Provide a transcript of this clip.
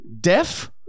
Deaf